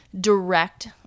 direct